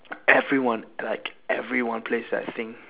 everyone like everyone plays that thing